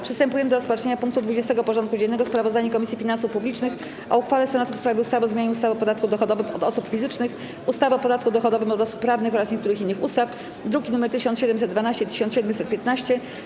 Przystępujemy do rozpatrzenia punktu 20. porządku dziennego: Sprawozdanie Komisji Finansów Publicznych o uchwale Senatu w sprawie ustawy o zmianie ustawy o podatku dochodowym od osób fizycznych, ustawy o podatku dochodowym od osób prawnych oraz niektórych innych ustaw (druki nr 1712 i 1715)